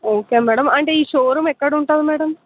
okay madam అంటే ఈ showroom ఎక్కడ ఉంటుంది మ్యాడం